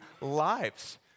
lives